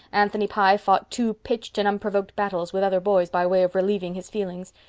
anthony pye fought two pitched and unprovoked battles with other boys by way of relieving his feelings.